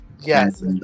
Yes